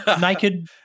naked